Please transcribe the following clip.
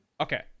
Okay